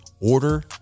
Order